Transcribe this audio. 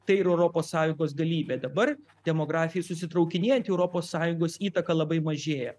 tai yra europos sąlygos galybė dabar demografijai susitraukinėjant europos sąjungos įtaka labai mažėja